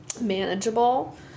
manageable